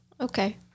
Okay